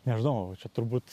nežinau čia turbūt